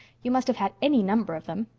you must have had any number of them.